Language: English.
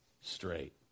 straight